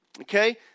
okay